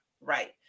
right